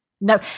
no